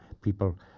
people